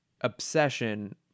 Obsession